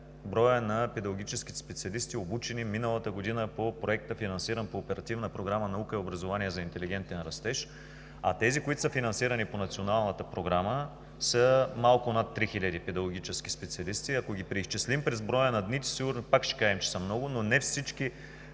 броят на педагогическите специалисти, обучени миналата година по Проекта, финансиран по Оперативната програма „Наука и образование за интелигентен растеж“, а тези, които са финансирани по Националната програма, са малко над 3 хиляди педагогически специалисти. Ако ги преизчислим през броя на дните, сигурно пак ще кажем, че са много, но не всички